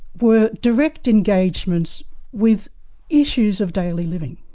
were direct engagements with issues of daily living.